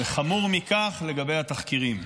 וחמור מכך, לגבי התחקירים.